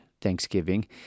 Thanksgiving